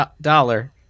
dollar